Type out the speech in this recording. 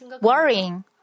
worrying